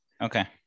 okay